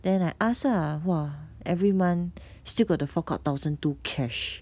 then I ask ah !wah! every month still got to fork out thousand two cash